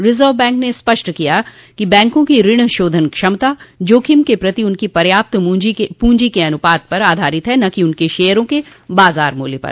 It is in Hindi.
रिजर्व बैंक ने स्पष्ट किया कि बैंकों की ऋण शोधन क्षमता जोखिम के प्रति उनकी पर्याप्त पूंजी के अनुपात पर आधारित है न कि उनके शेयरों के बाजार मूल्य पर